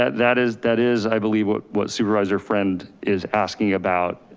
that is that is i believe what what supervisor friend is asking about